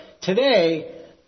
today